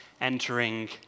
entering